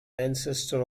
ancestor